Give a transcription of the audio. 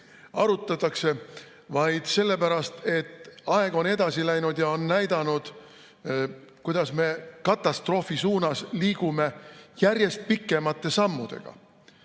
arutatakse, vaid sellepärast, et aeg on edasi läinud ja näidanud, kuidas me katastroofi suunas liigume järjest pikemate sammudega.